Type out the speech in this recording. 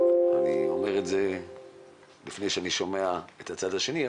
אני אומר את זה לפני שאני שומע את הצד השני,